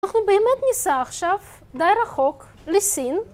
אנחנו באמת ניסע עכשיו, די רחוק, לסין